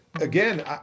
again